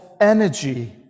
energy